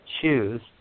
choose